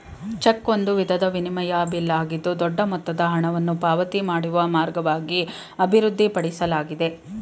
check ಒಂದು ವಿಧದ ವಿನಿಮಯ ಬಿಲ್ ಆಗಿದ್ದು ದೊಡ್ಡ ಮೊತ್ತದ ಹಣವನ್ನು ಪಾವತಿ ಮಾಡುವ ಮಾರ್ಗವಾಗಿ ಅಭಿವೃದ್ಧಿಪಡಿಸಲಾಗಿದೆ